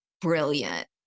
brilliant